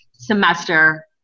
semester